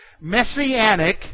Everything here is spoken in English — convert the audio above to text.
Messianic